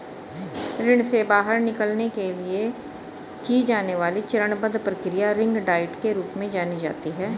ऋण से बाहर निकलने के लिए की जाने वाली चरणबद्ध प्रक्रिया रिंग डाइट के रूप में जानी जाती है